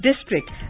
district